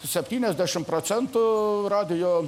septyniasdešimt procent radijo